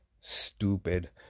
stupid